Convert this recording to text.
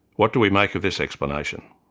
what do we make of this explanation?